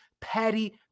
Patty